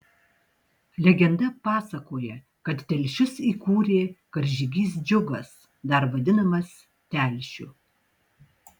legenda pasakoja kad telšius įkūrė karžygys džiugas dar vadinamas telšiu